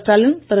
Stalin Thiru